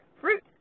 fruit